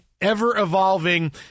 ever-evolving